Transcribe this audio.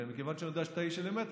ומכיוון שאני יודע שאתה איש של אמת,